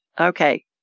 Okay